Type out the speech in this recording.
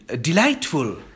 delightful